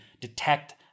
detect